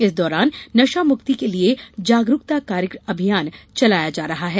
इस दौरान नशा मुक्ति के लिये जागरूकता अभियान चलाया जा रहा है